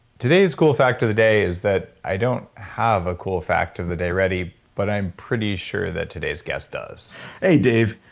today's cool fact of the day is that i don't have a cool fact of the day ready, but i'm pretty sure that today's guest does hey, dave.